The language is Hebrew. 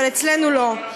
אבל אצלנו לא.